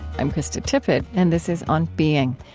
i'm krista tippett, and this is on being.